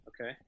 Okay